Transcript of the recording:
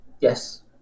Yes